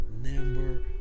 number